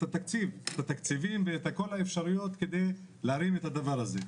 התקציבים ואת כל האפשרויות כדי להרים את הדבר הזה.